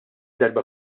darba